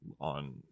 on